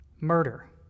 murder